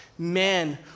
Men